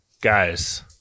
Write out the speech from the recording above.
Guys